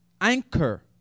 anchor